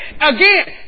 again